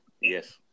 Yes